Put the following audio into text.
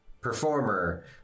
Performer